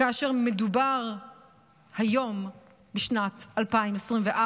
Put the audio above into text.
כאשר מדובר היום בשנת 2024,